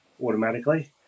automatically